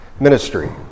ministry